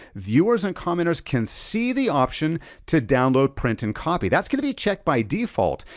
viewers and commenters can see the option to download, print and copy, that's gonna be checked by default,